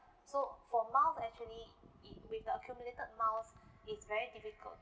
so for miles actually it with the accumulated miles is very difficult